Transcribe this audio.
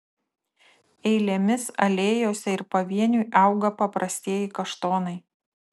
eilėmis alėjose ir pavieniui auga paprastieji kaštonai